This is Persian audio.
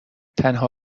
تنها